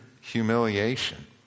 humiliation